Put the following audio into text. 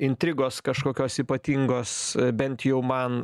intrigos kažkokios ypatingos bent jau man